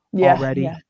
already